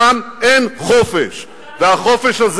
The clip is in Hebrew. יש חופש, שם אין חופש, שם אין חופש.